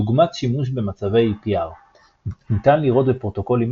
דוגמת שימוש במצבי EPR. ניתן לראות בפרוטוקולים